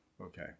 Okay